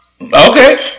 Okay